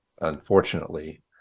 unfortunately